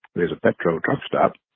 there's a petro truck stop.